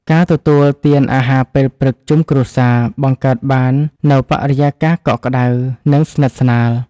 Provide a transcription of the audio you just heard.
ការទទួលទានអាហារពេលព្រឹកជុំគ្រួសារ បង្កើតបាននូវបរិយាកាសកក់ក្តៅ និងស្និទ្ធស្នាល។